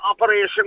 operation